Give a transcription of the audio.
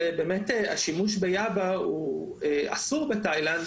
שבאמת השימוש ביאבה הוא אסור בתאילנד,